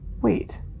Wait